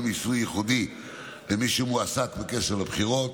מיסוי ייחודי למי שמועסק בקשר לבחירות.